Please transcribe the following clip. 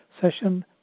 session